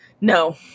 no